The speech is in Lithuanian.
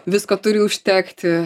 visko turi užtekti